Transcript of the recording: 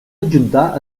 adjuntar